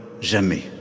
jamais